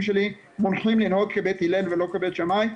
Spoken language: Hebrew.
שלי מונחים לנהוג כבית הלל ולא כבית שמאי,